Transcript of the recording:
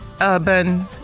urban